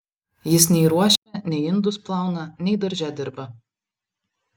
jis nei ruošia nei indus plauna nei darže dirba